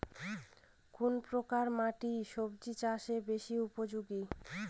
কোন প্রকার মাটি সবজি চাষে বেশি উপযোগী?